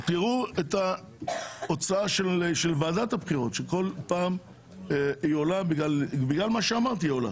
תראו את ההוצאה של ועדת הבחירות שכל פעם עולה בגלל מה שאמרתי.